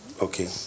Okay